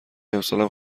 امسالم